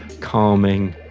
calming,